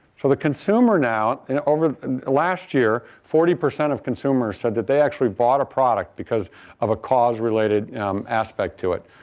for the consumer now, and over last year forty percent of consumers said that they actually bought a product because of a cause related aspect to it.